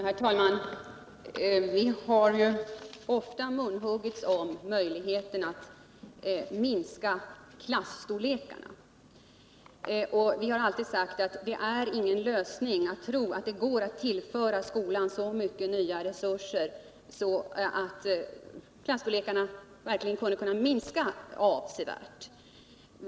Herr talman! Vi har ofta munhuggits om möjligheten att minska klasstorlekarna. Från vårt håll har vi alltid sagt att det är ingen lösning att tro att det går att tillföra skolan så mycket nya resurser att klasstorlekarna verkligen skulle kunna minska avsevärt.